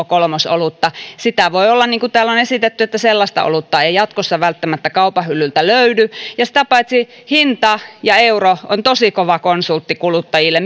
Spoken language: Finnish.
kolmosolutta niin voi olla niin kuin täällä on esitetty että sellaista olutta ei välttämättä jatkossa kaupan hyllyltä löydy sitä paitsi hinta ja euro on tosi kova konsultti kuluttajille